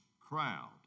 crowd